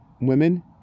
women